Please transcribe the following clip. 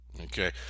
okay